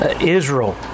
Israel